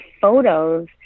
photos